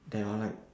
there all like